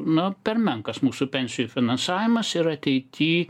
nu per menkas mūsų pensijų finansavimas ir ateity